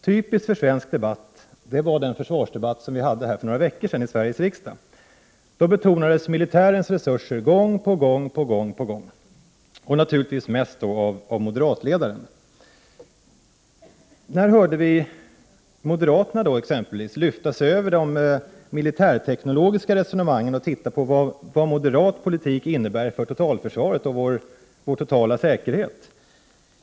Typisk för svensk debatt var den försvarsdebatt som vi hade här i kammaren för några veckor sedan. Då betonades gång på gång militärens resurser — naturligtvis mest av moderatledaren. När hörde vi exempelvis moderaterna lyfta sig över de militärtekniska resonemangen och se på vad moderat politik innebär för totalförsvaret och vår totala säkerhet?